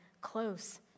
close